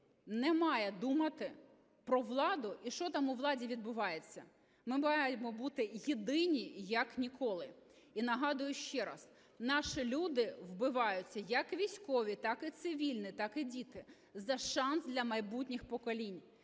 не має думати про владу і що там у владі відбувається. Ми маємо бути єдині, як ніколи. І нагадую ще раз: наші люди вбиваються, як військові, так і цивільні, так і діти за шанс для майбутніх поколінь.